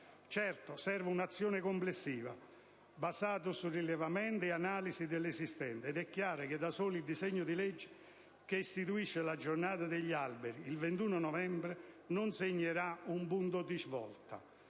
pertanto un'azione complessiva, basata su rilevamenti ed analisi dell'esistente ed è chiaro che, da solo, il disegno di legge che istituisce la «Giornata degli alberi» il 21 novembre non segnerà un punto di svolta.